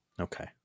okay